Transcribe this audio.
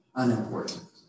unimportant